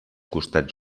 costats